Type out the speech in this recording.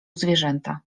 zwierzęta